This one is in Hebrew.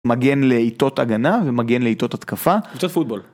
מגן לעיתות הגנה ומגן לעיתות התקפה. קבוצת פוטבול.